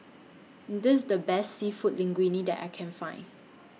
This IS The Best Seafood Linguine that I Can Find